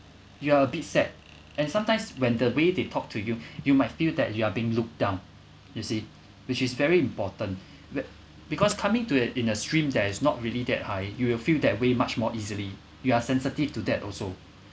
you are a bit sad and sometimes when the way they talk to you you might feel that you are being looked down you see which is very important b~ because coming to a in a stream that is not really that high you will feel that way much more easily you are sensitive to that also